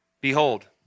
behold